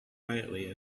quietly